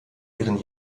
ihren